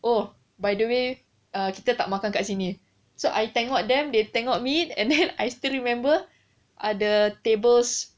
oh by the way kita tak makan kat sini I tengok them they tengok me and then I still remember other tables